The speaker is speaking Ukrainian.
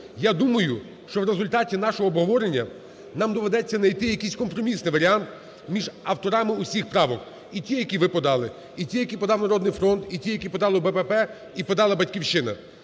Я думаю, що в результаті нашого обговорення нам доведеться знайти якийсь компромісний варіант між авторами усіх правок: і ті, які ви подали, і ті, які подав "Народний фронт", і ті, які подав БПП, і подала "Батьківщина".